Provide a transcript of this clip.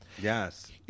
Yes